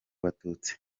abatutsi